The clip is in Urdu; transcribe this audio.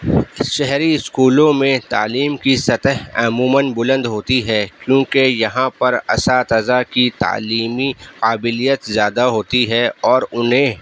شہری اسکولوں میں تعلیم کی سطح عموماً بلند ہوتی ہے کیونکہ یہاں پر اساتذہ کی تعلیمی قابلیت زیادہ ہوتی ہے اور انہیں